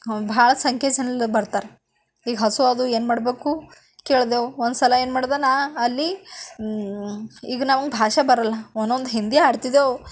ಬಹಳ ಸಂಖ್ಯೆ ಬರ್ತಾರೆ ಈಗ ಹಸು ಅದು ಏನು ಮಾಡಬೇಕು ಕೇಳಿದೆವು ಒಂದ್ಸಲ ಏನು ಮಾಡಿದ ನಾನು ಅಲ್ಲಿ ಈಗ ನಮ್ಗೆ ಭಾಷೆ ಬರಲ್ಲ ಒಂದೊಂದು ಹಿಂದಿ ಆಡ್ತಿದ್ದೆವು